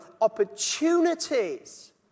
opportunities